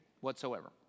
whatsoever